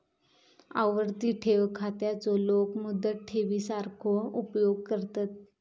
आवर्ती ठेव खात्याचो लोक मुदत ठेवी सारखो उपयोग करतत